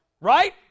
Right